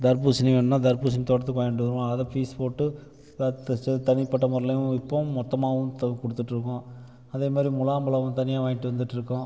தர்பூசணி வேணுன்னால் தர்பூசணி தோட்டத்துக்கு வாங்கிட்டு வருவோம் அதை பீஸ் போட்டு பத்து தனிப்பட்ட முறையிலேயும் விற்போம் மொத்தமாகவும் த கொடுத்துட்ருக்கோம் அதேமாதிரி முலாம்பழம் தனியாக வாங்கிட்டு வந்துட்டிருக்கோம்